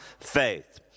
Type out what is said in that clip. faith